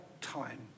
time